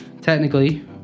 technically